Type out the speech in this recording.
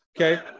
Okay